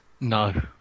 No